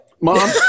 mom